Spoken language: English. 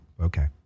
okay